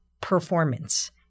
performance